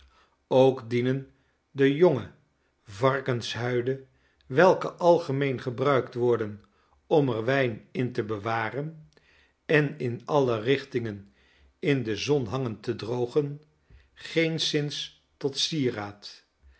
ook dienen de jonge varkenshuiden welke algemeen gebruikt worden om er wijn in te be waren en in alle richtingen in de zon hangen te drogen geenszins tot sieraad